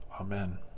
Amen